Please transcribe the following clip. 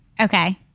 Okay